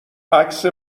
عکس